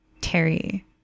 Terry